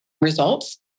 results